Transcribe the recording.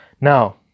Now